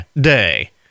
Day